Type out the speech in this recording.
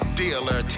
dealer